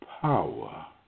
power